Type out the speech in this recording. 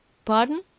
pardon?